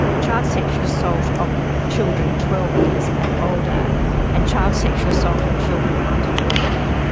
child sexual assault of children twelve years and older and child sexual assault of children under twelve,